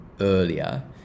earlier